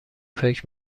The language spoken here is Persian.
فکر